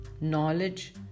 knowledge